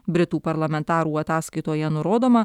britų parlamentarų ataskaitoje nurodoma